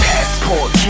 Passport